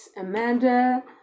Amanda